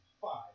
five